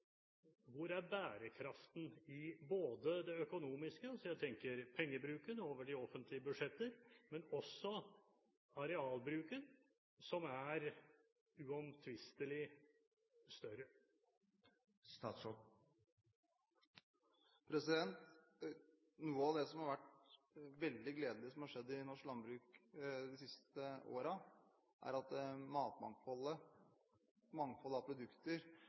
Hvor er bærekraften i det økonomiske – jeg tenker på pengebruken over de offentlige budsjetter – og også i arealbruken, som uomtvistelig er større? Noe av det som har vært veldig gledelig i norsk landbruk de siste årene, er at et mangfold av produkter